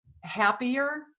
happier